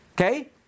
Okay